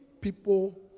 people